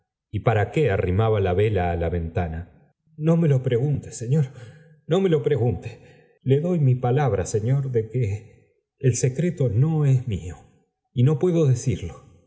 y para qué arrimaba la vela á la ventana no me lo pregunte señor no me lo pregunte le doy mi palabra señor de que el secreto no es mío y no puedo decirlo